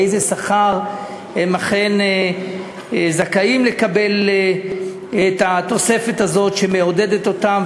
באיזה שכר הם אכן זכאים לקבל את התוספת הזאת שמעודדת אותם,